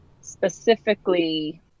specifically